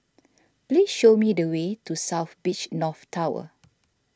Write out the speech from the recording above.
please show me the way to South Beach North Tower